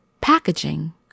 Packaging